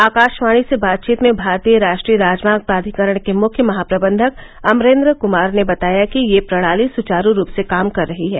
आकाशवाणी के साथ बातचीत में भारतीय राष्ट्रीय राजमार्ग प्राधिकरण के मुख्य महाप्रबंधक अमरेन्द्र कुमार ने बताया कि ये प्रणाली सुवारू रूप से काम कर रही है